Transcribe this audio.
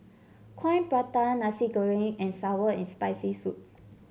Coin Prata Nasi Goreng and sour and Spicy Soup